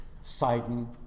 Sidon